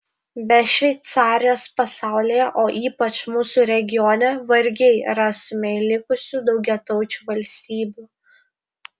be šveicarijos pasaulyje o ypač mūsų regione vargiai rastumei likusių daugiataučių valstybių